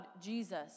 Jesus